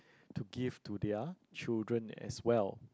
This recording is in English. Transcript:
to give to their children as well